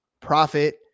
Profit